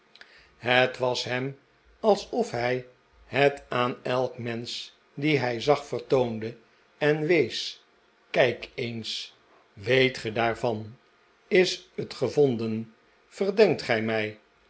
het was hem alsof hij het aan elk mensch dien hij zag vertoonde en wees kijk eens weet ge daarvan is het gevonden verdenkt gij mij